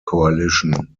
coalition